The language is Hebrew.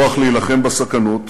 כוח להילחם בסכנות,